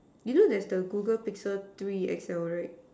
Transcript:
you know there's the Google pixel three X_L right